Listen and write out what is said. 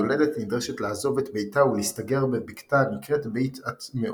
היולדת נדרשת לעזוב את ביתה ולהסתגר בבקתה הנקראת "בית הטמאות"